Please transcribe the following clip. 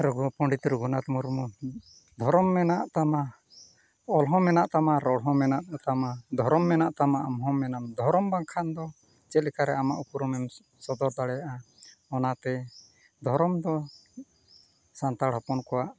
ᱨᱚᱜᱷᱩ ᱯᱚᱱᱰᱤᱛ ᱨᱚᱜᱷᱩᱱᱟᱛᱷ ᱢᱩᱨᱢᱩ ᱫᱷᱚᱨᱚᱢ ᱢᱮᱱᱟᱜ ᱛᱟᱢᱟ ᱚᱞ ᱦᱚᱸ ᱢᱮᱱᱟᱜ ᱛᱟᱢᱟ ᱨᱚᱲ ᱦᱚᱸ ᱢᱮᱱᱟᱜ ᱛᱟᱢᱟ ᱫᱷᱚᱨᱚᱢ ᱢᱮᱱᱟᱜ ᱛᱟᱢᱟ ᱟᱢ ᱦᱚᱸ ᱢᱮᱱᱟᱢ ᱫᱷᱚᱨᱚᱢ ᱵᱟᱝ ᱠᱷᱟᱱ ᱫᱚ ᱪᱮᱫ ᱞᱮᱠᱟᱨᱮ ᱟᱢᱟᱜ ᱩᱯᱨᱩᱢᱮᱢ ᱥᱚᱫᱚᱨ ᱫᱟᱲᱮᱭᱟᱜᱼᱟ ᱚᱱᱟᱛᱮ ᱫᱷᱚᱨᱚᱢ ᱫᱚ ᱥᱟᱱᱛᱟᱲ ᱦᱚᱯᱚᱱ ᱠᱚᱣᱟᱜ